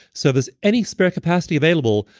so there's any spare capacity available,